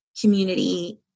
community